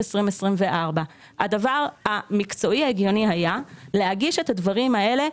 2024. הדבר המקצועי ההגיוני היה להגיש את הדברים האלה,